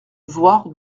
voir